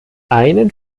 einen